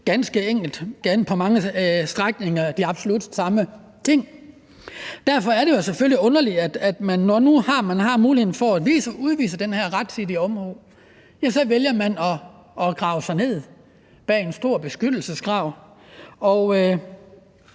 ganske enkelt ville de absolut samme ting. Derfor er det jo selvfølgelig underligt, at man, når man nu har muligheden for at udvise den her rettidige omhu, så vælger at grave sig ned i en stor skyttegrav, og